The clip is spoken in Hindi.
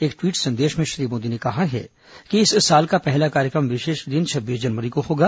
एक ट्वीट संदेश में श्री मोदी ने कहा है कि इस साल का पहला कार्यक्रम विशेष दिन छब्बीस जनवरी को होगा